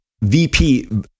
vp